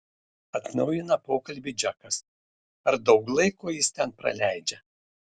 atnaujina pokalbį džekas ar daug laiko jis ten praleidžia